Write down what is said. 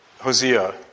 Hosea